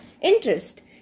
Interest